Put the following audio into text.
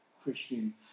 Christian